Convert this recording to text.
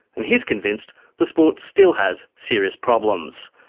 and he's convinced the sport still has serious problems.